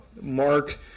Mark